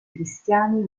cristiani